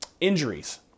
Injuries